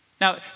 Now